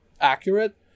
accurate